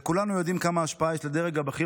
וכולנו יודעים כמה השפעה יש לדרג הבכיר